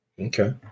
Okay